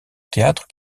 théâtre